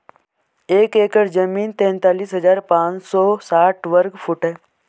एक एकड़ जमीन तैंतालीस हजार पांच सौ साठ वर्ग फुट है